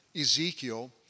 Ezekiel